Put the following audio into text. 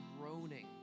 groaning